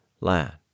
land